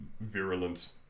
virulent